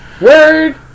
Word